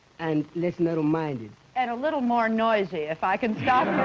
and less narrow-minded and a little more noisy, if i can stop